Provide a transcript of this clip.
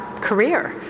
career